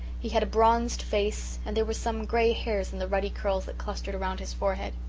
he had a bronzed face and there were some grey hairs in the ruddy curls that clustered around his forehead.